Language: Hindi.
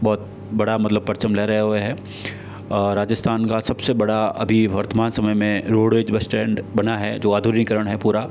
बहुत बड़ा मतलब परचम लहराया हुआ है और राजस्थान का सबसे बड़ा अभी वर्तमान समय में रोडवेज़ बस स्टैंड बना है जो आधुनिकरण है पूरा